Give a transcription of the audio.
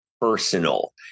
personal